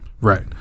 Right